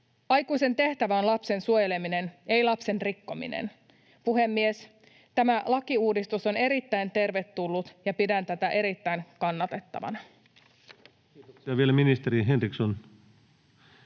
Aikuisen tehtävä on lapsen suojeleminen, ei lapsen rikkominen. Puhemies! Tämä lakiuudistus on erittäin tervetullut, ja pidän tätä erittäin kannatettavana. [Speech